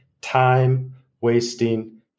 time-wasting